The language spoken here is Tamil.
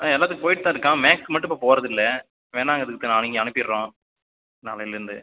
ஆ எல்லாத்துக்கும் போய்விட்டு தான் இருக்கான் மேக்ஸ் மட்டும் இப்போ போகறதில்ல வேணா அதுக்கு நாளைக்கு அனுப்பிடுறோம் நாளைலருந்து